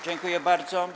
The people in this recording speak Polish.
Dziękuję bardzo.